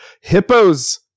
hippos